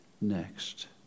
next